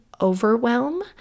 overwhelm